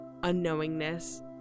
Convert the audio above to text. unknowingness